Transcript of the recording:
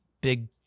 big